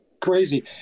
crazy